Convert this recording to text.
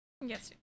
Yes